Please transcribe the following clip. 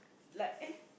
like eh